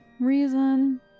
reason